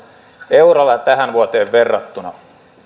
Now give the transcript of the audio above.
eurolla tähän vuoteen verrattuna